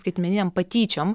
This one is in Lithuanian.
skaitmeninėm patyčiom